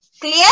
Clear